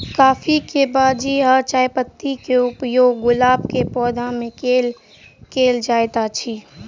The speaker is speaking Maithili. काफी केँ बीज आ चायपत्ती केँ उपयोग गुलाब केँ पौधा मे केल केल जाइत अछि?